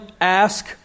ask